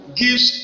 gives